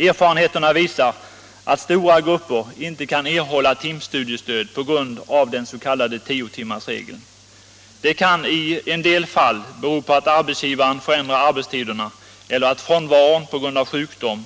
Erfarenheterna visar att stora grupper inte kan erhålla timstudiestöd på grund av den:s.k. tiotimmarsregeln. Det kan i en del fall bero på att arbetsgivaren förändrar arbetstiderna eller på att frånvaron på grund av sjukdom